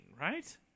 right